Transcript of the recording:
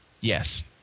Yes